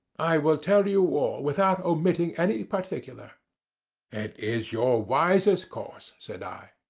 i will tell you all without omitting any particular it is your wisest course said i.